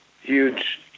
huge